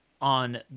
on